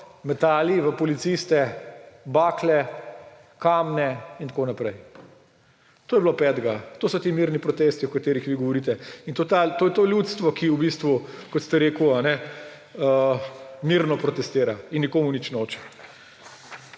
metali v policiste bakle, kamne in tako naprej. To je bilo 5., to so ti mirni protesti, o katerih vi govorite. In to je to ljudstvo, ki v bistvu, kot ste rekli, mirno protestira in nikomur nič noče.